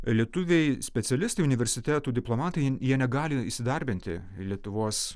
lietuviai specialistai universitetų diplomatai jie negali įsidarbinti lietuvos